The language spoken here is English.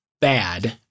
bad